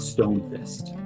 Stonefist